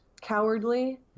cowardly